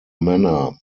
manner